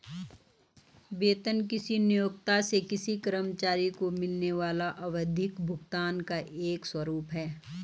वेतन किसी नियोक्ता से किसी कर्मचारी को मिलने वाले आवधिक भुगतान का एक स्वरूप है